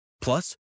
Plus